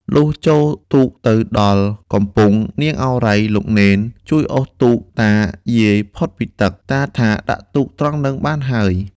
លុះចូលទូកទៅដល់កំពង់ នាងឱរ៉ៃ លោកនេន ជួយអូសទូកតាយាយផុតពីទឹក ។ តាថា ដាក់ទូកត្រង់ហ្នឹងបានហើយ" ។